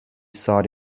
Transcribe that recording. sought